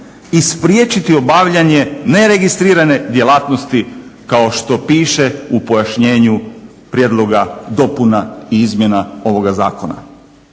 i spriječiti obavljanje neregistrirane djelatnosti kao što piše u pojašnjenju prijedlogu dopuna i izmjena ovoga zakona.